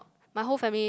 my whole family